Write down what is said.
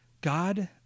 God